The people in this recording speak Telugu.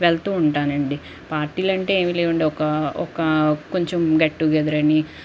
వెళ్తూ ఉంటానండి పార్టీలంటే ఏమీ లేవండి ఒక ఒక కొంచెం గెట్ టుగెదర్ అని